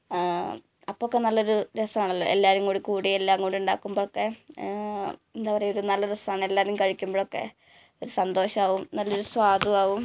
അപ്പോഴൊക്കെ നല്ല ഒരു രസമാണല്ലോ എല്ലാവരും കൂടെ കൂടി എല്ലാം കൂടി ഉണ്ടാക്കുമ്പൊഴൊക്കെ എന്താണ് പറയുക ഒരു നല്ല രസമാണ് എല്ലാവരും കഴിക്കുമ്പോഴൊക്കെ ഒരു സന്തോഷമാകും നല്ല ഒരു സ്വാദും ആകും